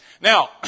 Now